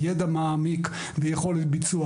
ידע מעמיק ויכולת ביצוע